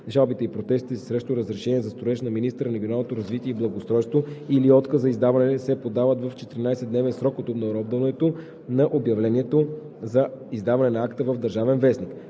Жалбите и протестите срещу разрешение за строеж на министъра на регионалното развитие и благоустройството или отказ за издаване се подават в 14-дневен срок от обнародването на обявлението за издаване на акта в „Държавен вестник“.“